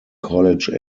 college